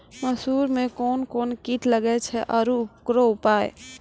मसूर मे कोन कोन कीट लागेय छैय आरु उकरो उपाय?